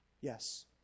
Yes